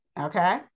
okay